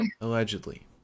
allegedly